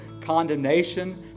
condemnation